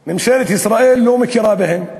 ממשלת ישראל לא מכירה בהם,